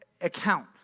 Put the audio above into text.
account